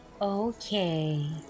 Okay